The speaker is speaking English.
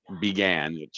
began